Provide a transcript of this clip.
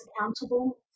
accountable